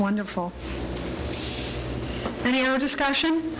wonderful discussion